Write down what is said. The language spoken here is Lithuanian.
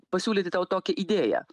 pasiūlyti tau tokią idėją